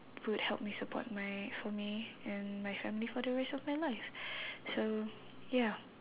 would help me support my for me and my family for the rest of my life so ya